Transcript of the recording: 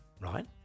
right